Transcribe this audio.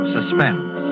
Suspense